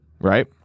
right